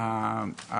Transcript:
של אלי אללוף.